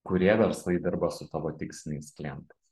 kurie verslai dirba su tavo tiksliais klientais